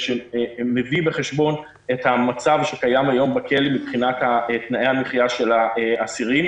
ושמביא בחשבון את המצב שקיים היום בכלא מבחינת תנאי המחייה של האסירים.